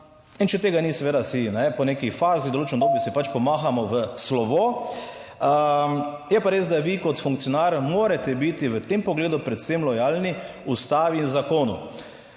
in če tega ni, seveda si po neki fazi v določenem obdobju si pač pomahamo v slovo. Je pa res, da vi kot funkcionar morate biti v tem pogledu predvsem lojalni Ustavi in zakonu.